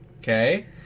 okay